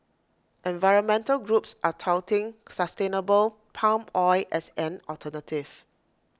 environmental groups are touting sustainable palm oil as an alternative